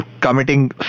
committing